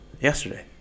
yesterday